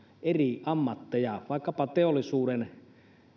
eri ammatteja vaikkapa teollisuuden